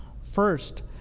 first